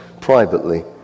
privately